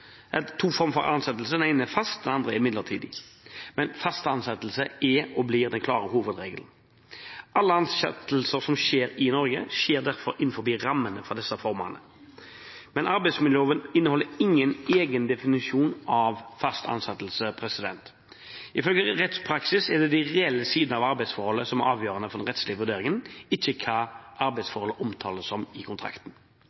er og blir en klar hovedregel. Alle ansettelser som skjer i Norge, skjer innenfor rammene for disse formene. Men arbeidsmiljøloven inneholder ingen egen definisjon av fast ansettelse. Ifølge rettspraksis er det de reelle sidene av arbeidsforholdet som er avgjørende for den rettslige vurderingen, ikke hva arbeidsforholdet omtales som i kontrakten.